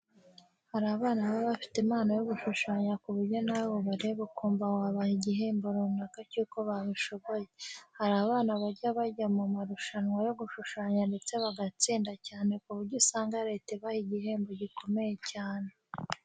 Hari abana baba bafite impano yo gushushanya ku buryo nawe ubareba ukumva wabaha igihembo runaka cy'uko babishoboye. Hari abana bajya bajya mu marushanwa yo gushushanya ndetse bagatsinda cyane ku buryo usanga Leta ibaha igihembo gikomeye cyane.